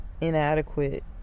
inadequate